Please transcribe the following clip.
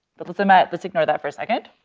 but let's ima let's ignore that for a second